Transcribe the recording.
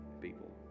people